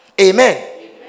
Amen